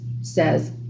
says